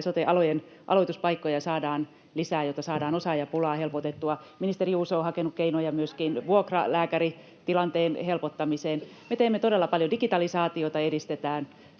sote-alojen aloituspaikkoja saadaan lisää, jotta saadaan osaajapulaa helpotettua. Ministeri Juuso on hakenut keinoja myöskin vuokralääkäritilanteen helpottamiseen. Me teemme todella paljon — digitalisaatiota